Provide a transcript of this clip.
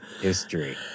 history